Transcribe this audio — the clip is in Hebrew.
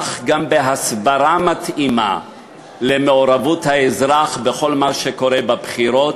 בהסברה מתאימה למען מעורבות האזרח בכל מה שקורה בבחירות,